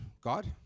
God